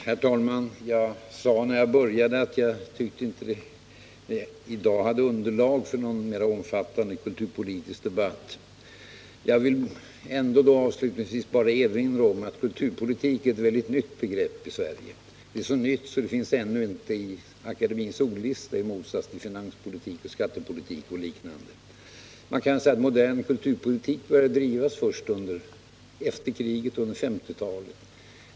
Herr talman! Jag sade när jag började att jag tyckte inte att vi i dag hade underlag för någon mera omfattande kulturpolitisk debatt. Jag vill ändå erinra om att kulturpolitik är ett nytt begrepp i Sverige. Det är så nytt att det inte finns i Svenska akademiens ordlista på samma sätt som t.ex. finanspolitik och skattepolitik. Modern kulturpolitik började drivas först efter kriget, under 1950-talet.